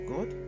God